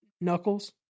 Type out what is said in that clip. Knuckles